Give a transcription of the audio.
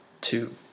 two